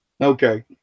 Okay